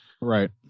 right